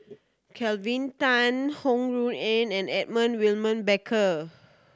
Kelvin Tan Ho Rui An and Edmund William Barker